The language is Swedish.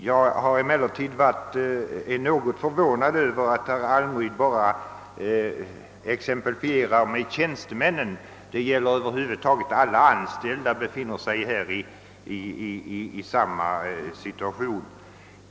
Jag är emellertid något förvånad över att herr Almryd bara exemplifierar med tjänstemännen; alla anställda befinner sig härvidlag i samma situation.